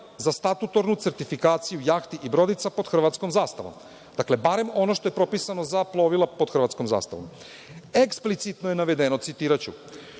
za statutornu certifikaciju jahti i brodica pod hrvatskom zastavom“. Dakle, barem ono što je propisano za plovila pod hrvatskom zastavom. Eksplicitno je navedeno, citiraću: